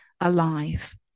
alive